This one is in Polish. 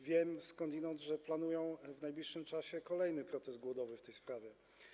Wiem skądinąd, że planują oni w najbliższym czasie kolejny protest głodowy w tej sprawie.